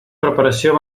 preparació